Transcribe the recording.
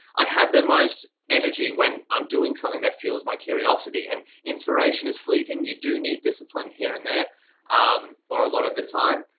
i have the most energy when i'm doing something that fuels my curiosity and inspiration is fleeting, you do need discipline here and there um are a lot of the time.